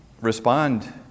respond